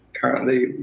currently